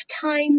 time